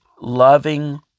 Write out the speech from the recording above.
loving